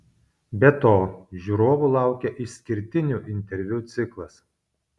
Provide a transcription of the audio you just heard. be to žiūrovų laukia išskirtinių interviu ciklas